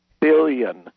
billion